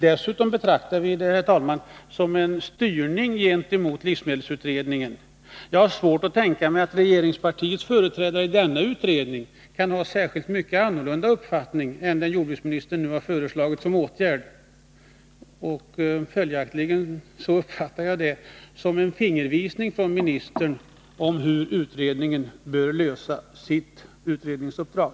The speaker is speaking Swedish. Dessutom betraktar vi det som en styrning av livsmedelsutredningen. Jag har svårt att tänka mig att regeringspartiets företrädare i denna utredning kan ha en i förhållande till jordbruksministern avvikande uppfattning när det gäller den nu föreslagna åtgärden. Följaktligen uppfattar jag detta som en fingervisning från ministern om hur utredningen bör lösa sitt utredningsuppdrag.